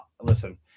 listen